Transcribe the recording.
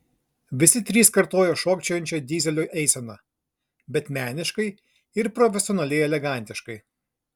visi trys kartojo šokčiojančią dyzelio eiseną bet meniškai ir profesionaliai elegantiškai